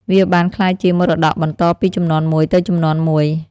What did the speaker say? វាបានក្លាយជាមរតកបន្តពីជំនាន់មួយទៅជំនាន់មួយ។